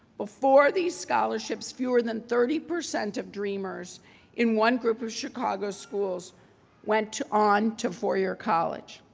before these scholarships, fewer than thirty percent of dreamers in one group of chicago schools went on to four-year college.